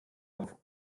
auf